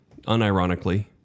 unironically